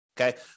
Okay